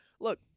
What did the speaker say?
look